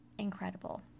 incredible